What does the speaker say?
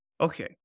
Okay